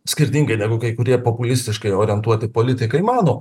skirtingai negu kai kurie populistiškai orientuoti politikai mano